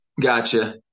gotcha